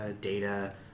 data